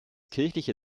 kirchliche